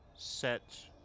set